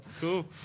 Cool